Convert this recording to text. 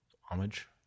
homage